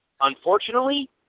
unfortunately